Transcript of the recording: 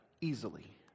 easily